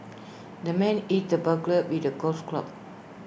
the man hit the burglar with A golf club